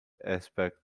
aspect